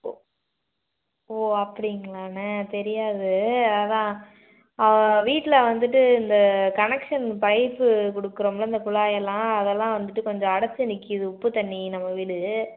ஓ ஓ அப்படிங்களாண்ண தெரியாது அதான் வீட்டில் வந்துகிட்டு இந்த கனெக்ஷன் பைப்பு கொடுக்குறோம்ல இந்த குழாயெல்லாம் அதெல்லாம் வந்துகிட்டு கொஞ்சம் அடைச்சு நிற்கிது உப்பு தண்ணி நம்ம வீடு